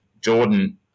Jordan